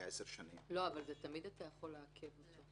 לעשר שנים --- תמיד אתה יכול לעכב אותו.